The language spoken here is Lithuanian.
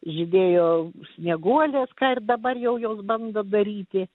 žydėjo snieguolės ką ir dabar jau jos bando daryti